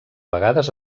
vegades